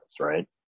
right